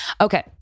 Okay